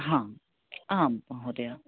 हा आम् महोदया